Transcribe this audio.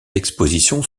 expositions